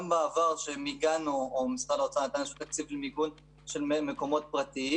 גם בעבר שמשרד האוצר נתן איזשהו תקציב למיגון של מקומות פרטיים.